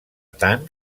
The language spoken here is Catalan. tant